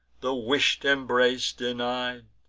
the wish'd embrace denied?